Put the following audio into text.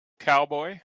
cowboy